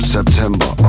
September